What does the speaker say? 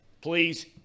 please